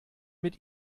mit